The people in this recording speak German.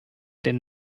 denn